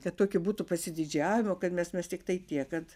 kad tokie būtų pasididžiavimo kad mes mes tiktai tiek kad